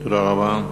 תודה רבה.